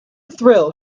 thrill